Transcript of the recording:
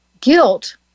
Guilt